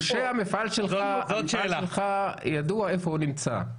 משה, המפעל שלך, ידוע איפה הוא נמצא,